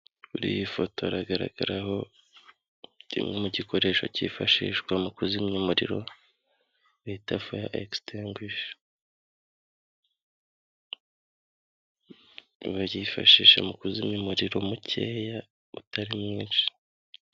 Kuri iyi foto hagaragaraho kimwe mu gikoresho cyifashishwa mu kuzimya umuriro, bita faya egisitenguwisha, bacyifashisha mu kuzimya umuriro mukeya utari mwinshi.